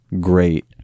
great